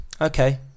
okay